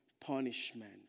punishment